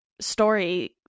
story